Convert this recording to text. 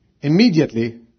immediately